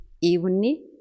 evenly